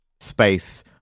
space